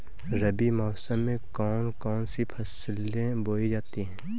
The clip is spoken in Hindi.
रबी मौसम में कौन कौन सी फसलें बोई जाती हैं?